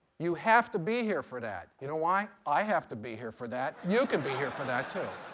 you have to be here for that. you know why? i have to be here for that, you can be here for that, too.